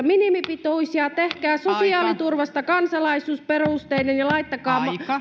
minimipituisia tehkää sosiaaliturvasta kansalaisuusperusteinen ja laittakaa